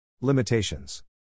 Limitations